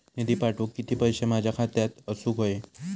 निधी पाठवुक किती पैशे माझ्या खात्यात असुक व्हाये?